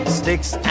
sticks